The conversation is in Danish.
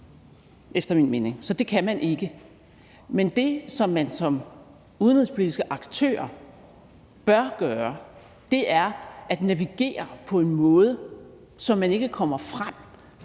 efter min mening. Så det kan man ikke. Men det, som man som udenrigspolitiske aktører bør gøre, er at navigere på en måde, så man ikke kommer frem